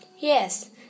Yes